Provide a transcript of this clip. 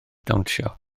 dawnsio